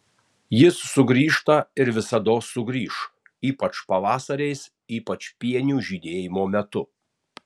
jis sugrįžta ir visados sugrįš ypač pavasariais ypač pienių žydėjimo metu